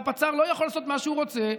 והפצ"ר לא יכול לעשות מה שהוא רוצה,